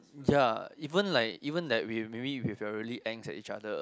ya even like even that we maybe if we are really angst at each other